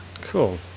Cool